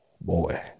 Boy